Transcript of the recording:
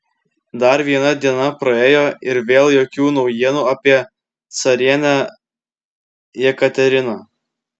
dar viena diena praėjo ir vėl jokių naujienų apie carienę jekateriną